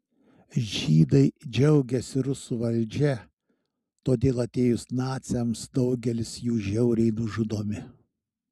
žydai džiaugiasi rusų valdžia todėl atėjus naciams daugelis jų žiauriai nužudomi